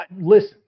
listen